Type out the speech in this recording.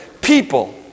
people